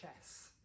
chess